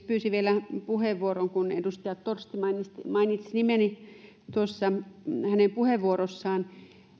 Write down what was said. pyysin vielä puheenvuoron kun edustaja torsti mainitsi nimeni tuossa puheenvuorossaan